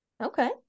Okay